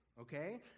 okay